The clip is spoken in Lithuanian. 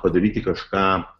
padaryti kažką